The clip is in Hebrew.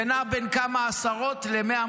זה נע בין כמה עשרות ל-200-100.